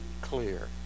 clear